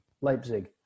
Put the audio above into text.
Leipzig